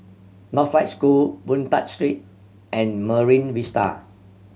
Northlight School Boon Tat Street and Marine Vista